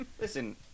Listen